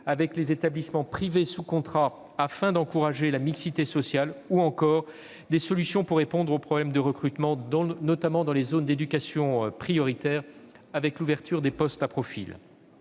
avec les établissements privés sous contrat afin d'encourager la mixité sociale, ou encore aux solutions pour répondre aux problèmes de recrutement, notamment dans les zones d'éducation prioritaire, avec l'ouverture des postes à profil.